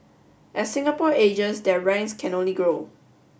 as Singapore ages their ranks can only grow